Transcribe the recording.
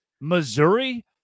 Missouri